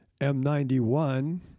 M91